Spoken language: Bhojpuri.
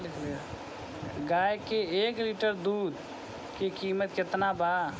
गाय के एक लीटर दुध के कीमत केतना बा?